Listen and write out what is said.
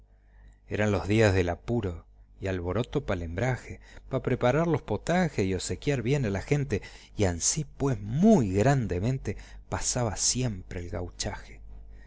eran los días del apuro y alboroto pa el hembraje pa preparar los potajes y osequiar bien a la gente y así pues muy grandemente pasaba siempre el gauchaje